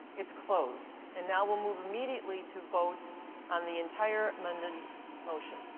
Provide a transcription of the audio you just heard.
it's closed, and now we'll move immediately to vote on the entire amended motion.